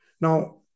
Now